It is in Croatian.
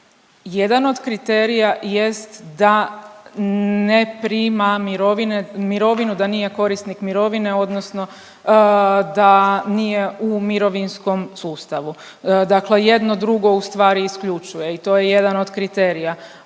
jedan od kriterija jest da ne prima mirovine, mirovinu da nije korisnik mirovine odnosno da nije u mirovinskom sustavu. Dakle, jedno drugo ustvari isključuje. I to je jedan od kriterija.